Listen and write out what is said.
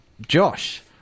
Josh